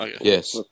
Yes